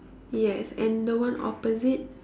yes and the one opposite